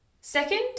Second